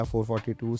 442